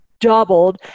doubled